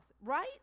right